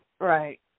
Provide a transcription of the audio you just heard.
Right